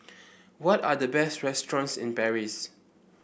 what are the best restaurants in Paris